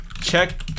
Check